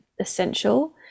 essential